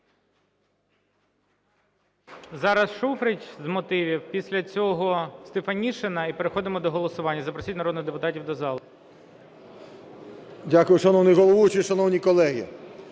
Зараз Шуфрич з мотивів, після цього Стефанишина і переходимо до голосування. Запросіть народних депутатів до зали. 12:45:39 ШУФРИЧ Н.І. Дякую. Шановний головуючий, шановні колеги,